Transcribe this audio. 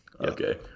Okay